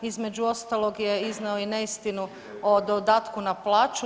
Između ostalog je iznio i neistinu o dodatku na plaću.